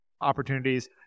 opportunities